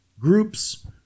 groups